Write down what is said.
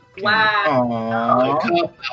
wow